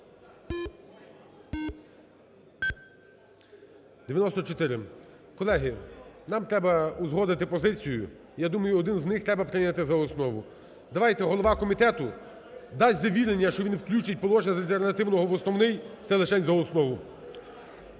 За-94 Колеги, нам треба узгодити позицію. Я думаю, один з них треба прийняти за основу. Давайте голова комітету дасть завірення, що він включить положення з альтернативного в основний, це лишень за основу.